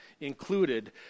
included